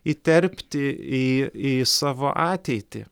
įterpti į į savo ateitį